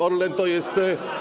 Orlen to jest.